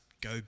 go